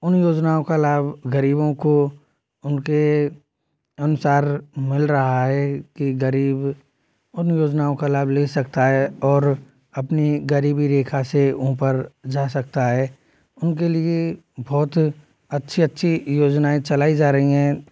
उन योजनाओं का लाभ गरीबों को उनके अनसार मिल रहा है कि गरीब उन योजनाओं का लाभ ले सकता है और अपनी गरीबी रेखा से ऊपर जा सकता है उनके लिए बहुत अच्छी अच्छी योजनाएँ चलाई जा रही हैं